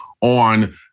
on